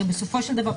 הרי בסופו של דבר,